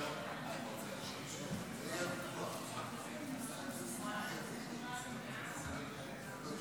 המילואים לוועדת החוץ והביטחון נתקבלה.